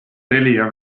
telia